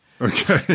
Okay